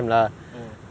oh